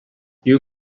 you